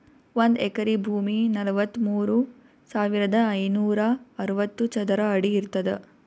ಒಂದ್ ಎಕರಿ ಭೂಮಿ ನಲವತ್ಮೂರು ಸಾವಿರದ ಐನೂರ ಅರವತ್ತು ಚದರ ಅಡಿ ಇರ್ತದ